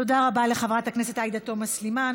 תודה רבה לחברת הכנסת עאידה תומא סלימאן.